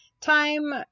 time